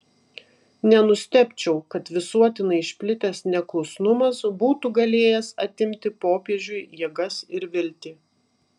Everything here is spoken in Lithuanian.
nenustebčiau kad visuotinai išplitęs neklusnumas būtų galėjęs atimti popiežiui jėgas ir viltį